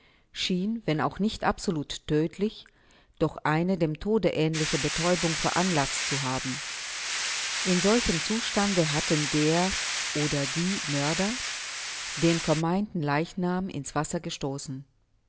schien wenn auch nicht absolut tödtlich doch eine dem tode ähnliche betäubung veranlaßt zu haben in solchem zustande hatten der oder die mörder den vermeinten leichnam in's wasser gestoßen